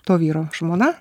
to vyro žmona